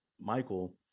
Michael